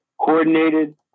coordinated